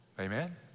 Amen